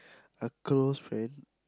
a close friend